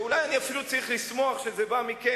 שאולי אני אפילו צריך לשמוח שזה בא מכם,